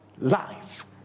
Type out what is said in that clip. life